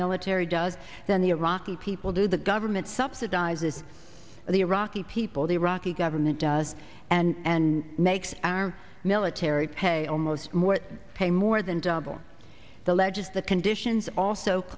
military does than the iraqi people do the government subsidizes the iraqi people the iraqi government does and makes our military pay almost more pay more than double the ledges the conditions also